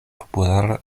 populara